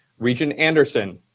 regent anderson?